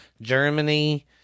Germany